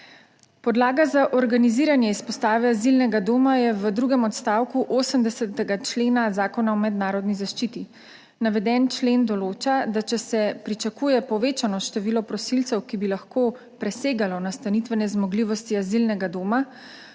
Podlaga za organiziranje izpostave azilnega doma je v drugem odstavku 80. člena Zakona o mednarodni zaščiti. Navedeni člen določa, da če se pričakuje povečano število prosilcev, ki bi lahko presegalo nastanitvene zmogljivosti azilnega doma,